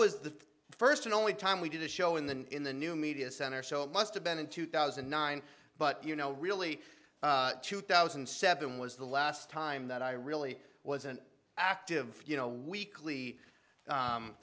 was the first and only time we did a show in the in the new media center show it must have been in two thousand and nine but you know really two thousand and seven was the last time that i really was an active you know weekly